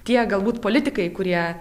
tie galbūt politikai kurie